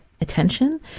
attention